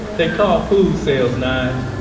they called food sales, nyge.